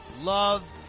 love